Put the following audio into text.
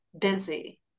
busy